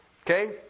Okay